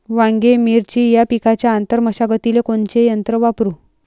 वांगे, मिरची या पिकाच्या आंतर मशागतीले कोनचे यंत्र वापरू?